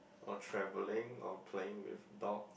or travelling or playing with dogs